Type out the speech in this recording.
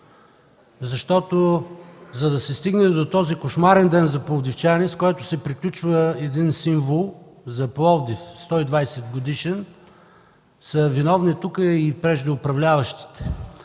Защото за да се стигне до този кошмарен ден за пловдивчани, с което се приключва един 120-годишен символ за Пловдив, са виновни и преждеуправляващите.